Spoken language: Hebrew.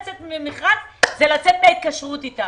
מיד לצאת למכרז ולצאת מההתקשרות אתם.